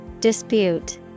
Dispute